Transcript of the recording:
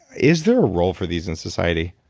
is there a role for these in society?